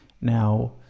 Now